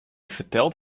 fertelt